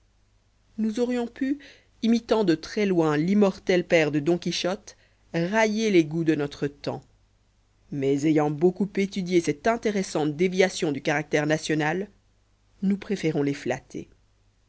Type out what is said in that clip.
nous aurions pu imitant de très loin l'immortel père de don quichotte railler les goûts de notre temps mais ayant beaucoup étudié cette intéressante déviation du caractère national nous préférons les flatter